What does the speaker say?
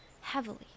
heavily